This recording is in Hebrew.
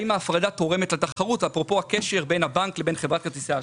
האם ההפרדה תורמת לתחרות אפרופו הקשר בין הבנק לבין חברת כרטיסי האשראי.